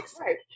Right